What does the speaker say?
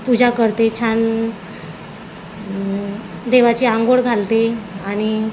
पूजा करते छान देवाची आंघोळ घालते आणि